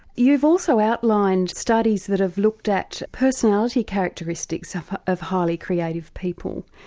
you've also outlined studies that have looked at personality characteristics of of highly creative people.